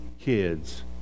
kids